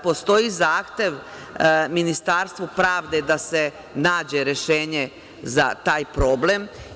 Postoji zahtev Ministarstvu pravde da se nađe rešenje za taj problem.